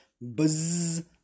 Buzz